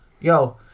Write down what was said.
yo